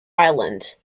island